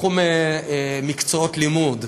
תחום מקצועות הלימוד,